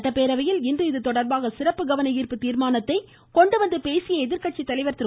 சட்டப்பேரவையில் இன்று இதுதொடா்பாக சிறப்பு கவனஈா்ப்பு தீர்மானத்தை கொண்டுவந்து பேசிய எதிர்கட்சித்தலைவர் திரு